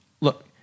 Look